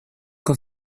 con